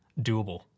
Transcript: doable